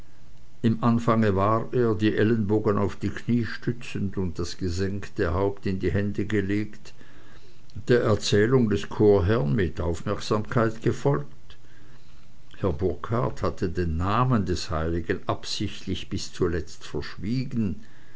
im anfang war er die ellenbogen auf die kniee stützend und das gesenkte haupt in die hände gelegt der erzählung des chorherrn mit aufmerksamkeit gefolgt herr burkhard hatte den namen des heiligen absichtlich bis zuletzt verschwiegen